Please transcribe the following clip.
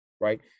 right